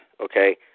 okay